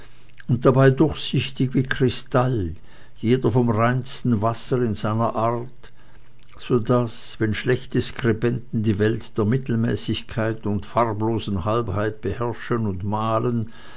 und dabei durchsichtig wie kristall jeder vom reinsten wasser in seiner art so daß wenn schlechte skribenten die welt der mittelmäßigkeit und farblosen halbheit beherrschen und malen